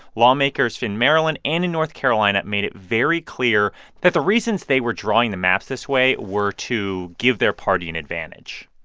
lawmakers in maryland and in north carolina made it very clear that the reasons they were drawing the maps this way were to give their party an advantage